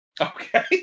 Okay